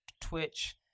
twitch